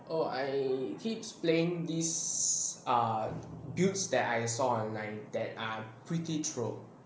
oh I keeps playing this err builds that I saw online that are pretty troll